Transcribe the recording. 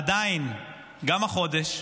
עדיין, גם החודש,